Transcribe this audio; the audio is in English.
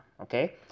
okay